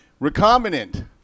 Recombinant